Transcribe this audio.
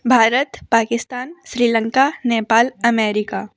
Bharat Pakistan Sri Lanka Nepal America